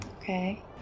Okay